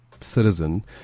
citizen